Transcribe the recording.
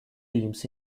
teams